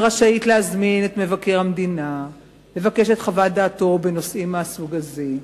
ורשאית להזמין את מבקר המדינה ולבקש את חוות דעתו בנושאים מהסוג הזה.